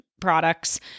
products